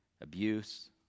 abuse